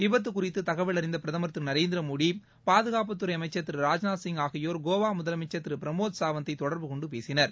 விபத்து குறித்து தகவல் அறிந்த பிரதமர் திரு நரேந்திர மோடி பாதுகாப்புத்துறை அமைச்சர் திரு ராஜ்நாத் சிங் ஆகியோர் கோவா முதலமைச்சர் திரு பிரம்மோத் சாவந்தை தொடர்பு கொண்டு பேசினார்